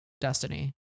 destiny